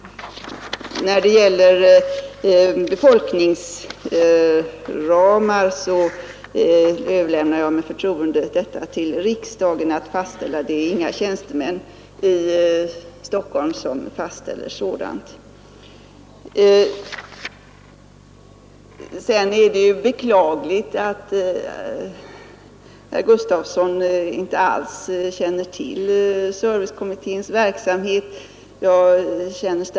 När det gäller befolkningsramar så överlämnar jag med förtroende åt riksdagen att fastställa dessa. Det är inte några tjänstemän i Stockholm som skall fastställa sådana ramar. Sedan är det ju beklagligt att herr Gustavsson inte alls känner till servicekommitténs verksamhet.